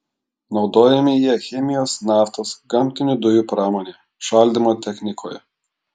naudojami jie chemijos naftos gamtinių dujų pramonėje šaldymo technikoje